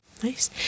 Nice